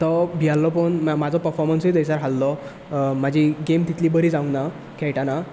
तो भियेल्लो पळोवून म्हजो पफोर्मन्सूय थंयसर हाल्लो म्हजी गेम तितली बरी जावूंक ना खेळटाना